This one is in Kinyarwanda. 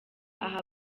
aha